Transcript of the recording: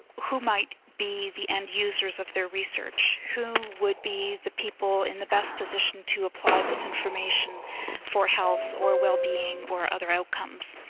who might be the end users of their research, who would be the people in the best position to apply this information for health or well-being or other outcomes.